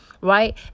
right